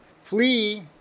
Flee